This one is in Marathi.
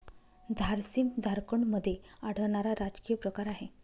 झारसीम झारखंडमध्ये आढळणारा राजकीय प्रकार आहे